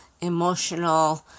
emotional